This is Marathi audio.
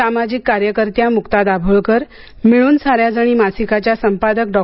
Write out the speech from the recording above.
सामाजिक कार्यकर्त्या मुक्ता दाभोळकर मिळून साऱ्याजणी मासिकाच्या संपादक डॉ